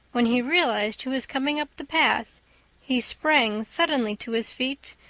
when he realized who was coming up the path he sprang suddenly to his feet,